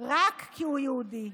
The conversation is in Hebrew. רק כי הוא יהודי.